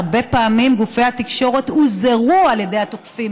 הרבה פעמים גופי התקשורת הוזהרו על ידי התוקפים